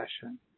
session